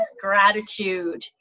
gratitude